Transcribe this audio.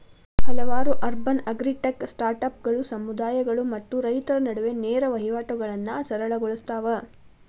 ಹಲವಾರು urban agritech ಸ್ಟಾರ್ಟ್ಅಪ್ಗಳು ಸಮುದಾಯಗಳು ಮತ್ತು ರೈತರ ನಡುವೆ ನೇರ ವಹಿವಾಟುಗಳನ್ನಾ ಸರಳ ಗೊಳ್ಸತಾವ